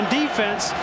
defense